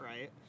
right